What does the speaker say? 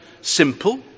simple